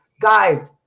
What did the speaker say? guys